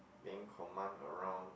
being command around